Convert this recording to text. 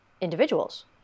individuals